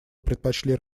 предпочли